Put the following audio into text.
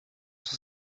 son